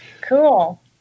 Cool